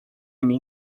mim